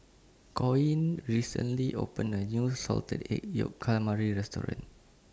Coen recently opened A New Salted Egg Yolk Calamari Restaurant